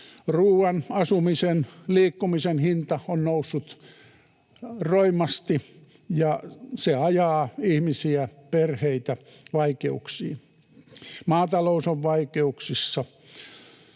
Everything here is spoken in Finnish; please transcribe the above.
Ruoan, asumisen, liikkumisen hinta on noussut roimasti, ja se ajaa ihmisiä, perheitä vaikeuksiin. Maatalous on vaikeuksissa.